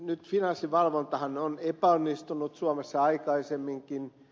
nyt finanssivalvontahan on epäonnistunut suomessa aikaisemminkin